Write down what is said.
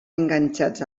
enganxats